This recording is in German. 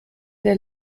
der